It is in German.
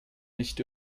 nicht